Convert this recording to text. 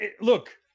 look